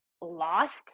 lost